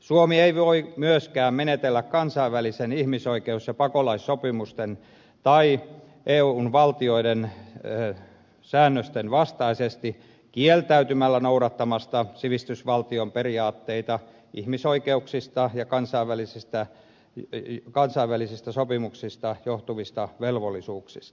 suomi ei voi myöskään menetellä kansainvälisten ihmisoikeus ja pakolaissopimusten tai eun valtioiden säännösten vastaisesti kieltäytymällä noudattamasta sivistysvaltion periaatteita ihmisoikeuksista ja kansainvälisistä sopimuksista johtuvista velvollisuuksista